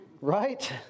right